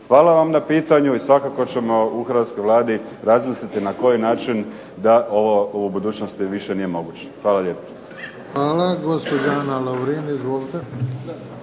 Hvala vam na pitanju i svakako ćemo u hrvatskoj Vladi razmisliti na koji način da ovo u budućnosti više nije moguće. Hvala lijepo. **Bebić, Luka (HDZ)** Hvala.